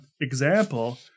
example –